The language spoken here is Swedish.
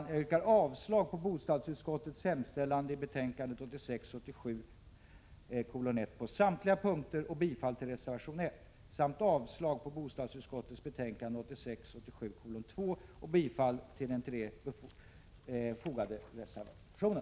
Jag yrkar avslag på bostadsutskottets hemställan i betänkandet 1986 87:2 och bifall till den till 9 detta betänkande fogade reservationen.